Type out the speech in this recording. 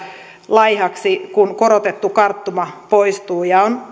laihoiksi kun korotettu karttuma poistuu ja on